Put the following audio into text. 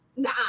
Nah